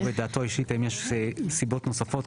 'ודעתו האישית האם יש סיבות נוספות,